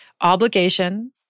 obligation